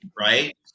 right